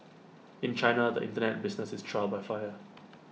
in China the Internet business is trial by fire